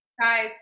Guys